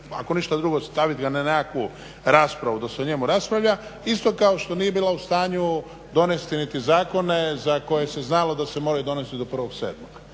ako ništa drugo stavit ga na nekakvu raspravu da se o njemu raspravlja isto kao što nije bila u stanju donesti niti zakone za koje se znalo da se moraju donijeti do 1.7.